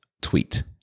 tweet